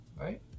right